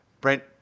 Brent